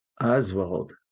Oswald